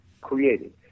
created